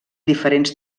diferents